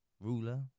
ruler